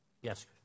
Yes